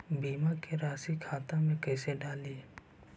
बीमा के रासी खाता में कैसे डाली?